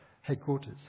headquarters